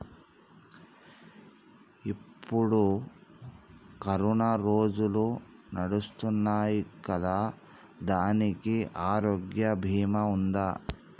ఇప్పుడు కరోనా రోజులు నడుస్తున్నాయి కదా, దానికి ఆరోగ్య బీమా ఉందా?